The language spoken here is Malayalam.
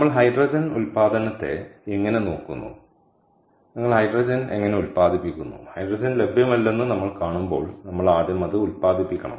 നമ്മൾ ഹൈഡ്രജൻ ഉൽപ്പാദനത്തെ എങ്ങനെ നോക്കുന്നു നിങ്ങൾ ഹൈഡ്രജൻ എങ്ങനെ ഉത്പാദിപ്പിക്കുന്നു ഹൈഡ്രജൻ ലഭ്യമല്ലെന്ന് നമ്മൾ കാണുമ്പോൾ നമ്മൾ ആദ്യം അത് ഉത്പാദിപ്പിക്കണം